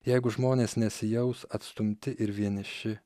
jeigu žmonės nesijaus atstumti ir vieniši